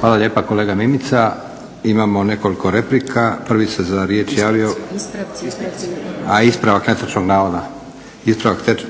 Hvala lijepa kolega Mimica. Imamo nekoliko replika. Prvi se za riječ javio, a ispravak